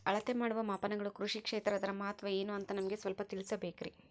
ಅಳತೆ ಮಾಡುವ ಮಾಪನಗಳು ಕೃಷಿ ಕ್ಷೇತ್ರ ಅದರ ಮಹತ್ವ ಏನು ಅಂತ ನಮಗೆ ಸ್ವಲ್ಪ ತಿಳಿಸಬೇಕ್ರಿ?